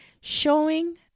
showing